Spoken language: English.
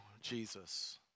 Jesus